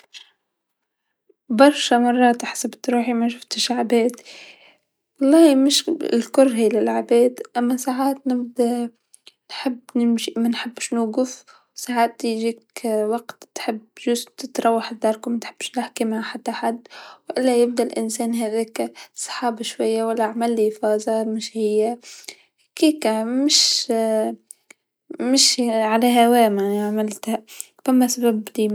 برشا مرات حسبت روحي مشفتش عباد، و الله مش كرهي للعباد أما ساعات نبدا نحب نمشي منحبش نوقف، ساعات يجيك وقت تحب يرك تروح لداركم ماتحبش تحكي مع حتى حد و إلا يبدا الإنسان هذاكا صحاب شويا و لا عملي فازار ومش هي، هاكيكا مش، مش على هوام معناها فما سباب ديما.